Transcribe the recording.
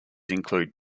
include